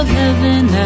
heaven